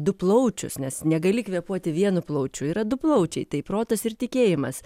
du plaučius nes negali kvėpuoti vienu plaučiu yra du plaučiai tai protas ir tikėjimas